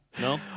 No